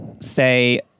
say